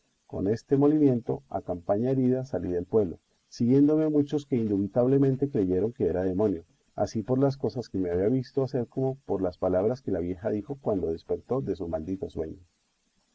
con este molimiento a campana herida salí del pueblo siguiéndome muchos que indubitablemente creyeron que era demonio así por las cosas que me habían visto hacer como por las palabras que la vieja dijo cuando despertó de su maldito sueño